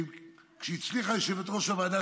כשהצליחה יושבת-ראש הוועדה,